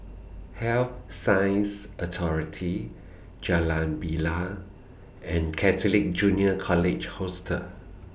Health Sciences Authority Jalan Bilal and Catholic Junior College Hostel